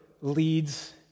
leads